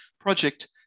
project